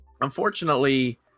Unfortunately